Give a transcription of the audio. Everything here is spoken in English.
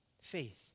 Faith